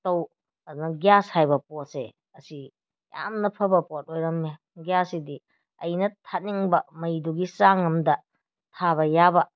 ꯇꯧ ꯑꯗꯨꯅ ꯒ꯭ꯌꯥꯁ ꯍꯥꯏꯕ ꯄꯣꯠꯁꯦ ꯑꯁꯤ ꯌꯥꯝꯅ ꯐꯕ ꯄꯣꯠ ꯑꯣꯏꯔꯝꯃꯦ ꯒ꯭ꯌꯥꯁꯁꯤꯗꯤ ꯑꯩꯅ ꯊꯥꯅꯤꯡꯕ ꯃꯩꯗꯨꯒꯤ ꯆꯥꯡ ꯑꯃꯗ ꯊꯥꯕ ꯌꯥꯕ